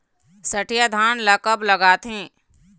सठिया धान ला कब लगाथें?